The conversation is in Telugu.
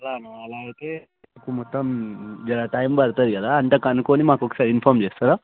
అలానా అలా అయితే మొత్తం జర టైం పడుతుంది కదా అంతా కనుక్కొని మాకు ఒకసారి ఇంఫాం చేస్తారా